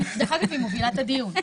דרך אגב, היא מובילה את הדיון.